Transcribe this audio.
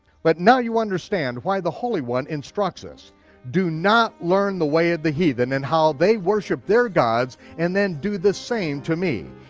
but now you understand why the holy one instructs us do not learn the way of the heathen and how they worship their gods and then do the same to me.